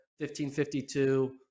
1552